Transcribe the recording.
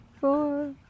four